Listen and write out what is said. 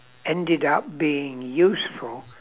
ended up being useful